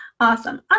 Awesome